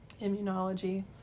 immunology